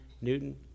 Newton